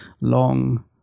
long